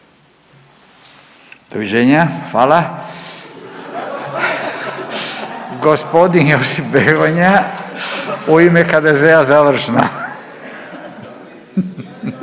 Doviđenja! Hvala. Gospodin Josip Begonja u ime HDZ-a završno.